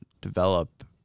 develop